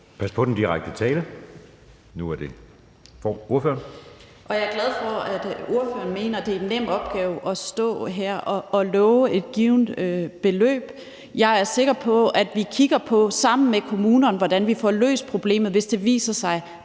Pas på med den direkte tiltale. Nu er det ordføreren. Kl. 12:33 Karin Liltorp (M): Jeg er glad for, at ordføreren mener, at det er en nem opgave at stå her og love et givent beløb. Jeg er sikker på, at vi sammen med kommunerne kigger på, hvordan vi får løst problemet, hvis det viser sig,